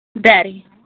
Daddy